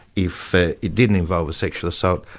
if it didn't involve a sexual assault,